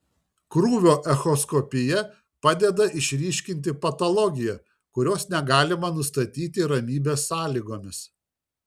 krūvio echoskopija padeda išryškinti patologiją kurios negalime nustatyti ramybės sąlygomis